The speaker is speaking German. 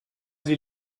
sie